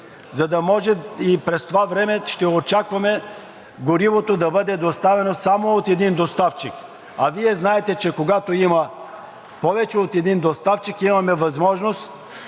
години, и през това време ще очакваме горивото да бъде доставено само от един доставчик. А Вие знаете, че когато има повече от един доставчик, имаме възможност